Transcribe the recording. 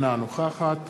אינה נוכחת